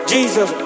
Jesus